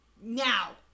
now